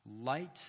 light